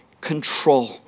control